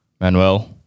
Manuel